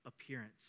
appearance